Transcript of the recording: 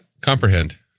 Comprehend